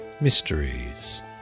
mysteries